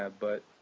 ah but,